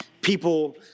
people